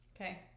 Okay